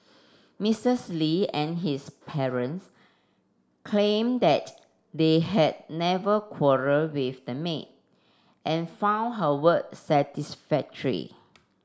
Misses Li and his parents claimed that they had never quarrelled with the maid and found her work satisfactory